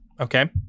okay